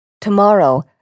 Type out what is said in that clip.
Tomorrow